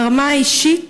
ברמה האישית,